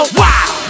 wow